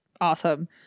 awesome